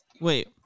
Wait